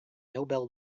nobel